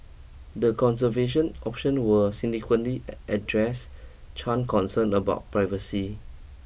the conservation option were significantly address Chan concern about privacy